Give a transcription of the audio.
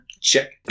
check